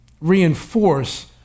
reinforce